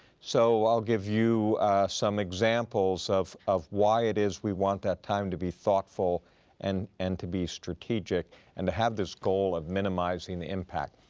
so i'll give you some examples of of why it is we want that time to be thoughtful and and to be strategic and to have this goal of minimizing the impact.